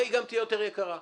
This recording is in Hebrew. והיא גם תהיה יותר יקרה.